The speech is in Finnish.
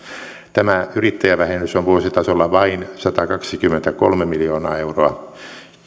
tämä yrittäjävähennys on vuositasolla vain satakaksikymmentäkolme miljoonaa euroa